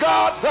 God